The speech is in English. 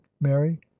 mary